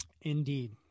Indeed